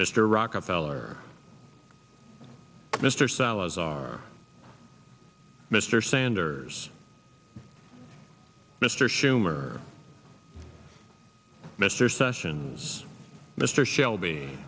mr rockefeller mr salazar mr sanders mr schumer mr sessions mr shelby